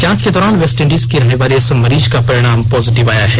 जांच के दौरान वेस्टइंडिज के रहने वाले इस मरीज का परिणाम पॉजिटिव आया है